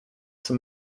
some